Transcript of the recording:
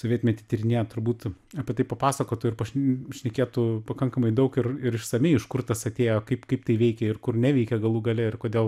sovietmetį tyrinėja turbūt apie tai papasakotų ir pa pašnekėtų pakankamai daug ir ir išsamiai iš kur tas atėjo kaip kaip tai veikė ir kur neveikė galų gale ir kodėl